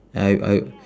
I I